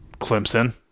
Clemson